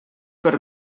per